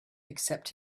except